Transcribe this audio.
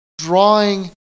drawing